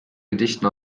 gedichten